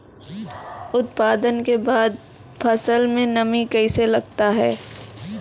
उत्पादन के बाद फसल मे नमी कैसे लगता हैं?